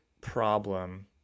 problem